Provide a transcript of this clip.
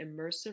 immersive